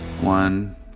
One